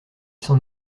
s’en